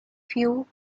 few